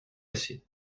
assez